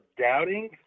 doubting